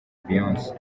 beyonce